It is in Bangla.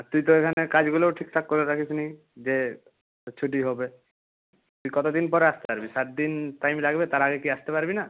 তুই তো এখানে কাজগুলোও ঠিকঠাক করে রাখিসনি যে ছুটি হবে তুই কতদিন পরে আসতে পারবি সাত দিন টাইম লাগবে তার আগে কি আসতে পারবি না